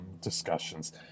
discussions